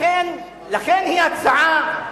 לכן היא הצעה,